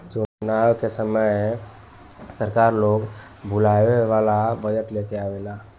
चुनाव के समय में सरकार लोग के लुभावे वाला बजट लेके आवेला